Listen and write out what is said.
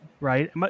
right